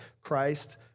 Christ